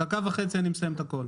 תוך דקה וחצי אני מסיים את הכול.